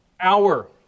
hour